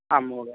आम् महोदय